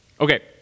Okay